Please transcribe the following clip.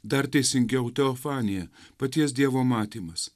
dar teisingiau teofanija paties dievo matymas